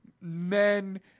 men